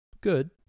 good